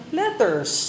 letters